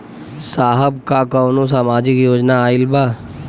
साहब का कौनो सामाजिक योजना आईल बा?